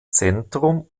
zentrum